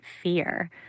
fear